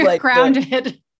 grounded